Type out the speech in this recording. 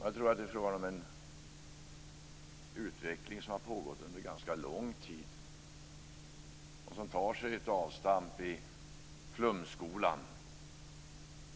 Jag tror att det är fråga om en utveckling som har pågått under ganska lång tid och som tar avstamp i flumskolan.